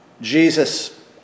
Jesus